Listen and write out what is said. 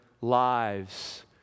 lives